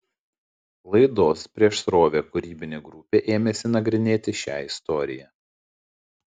laidos prieš srovę kūrybinė grupė ėmėsi nagrinėti šią istoriją